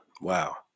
Wow